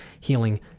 healing